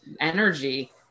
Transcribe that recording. energy